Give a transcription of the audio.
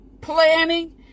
planning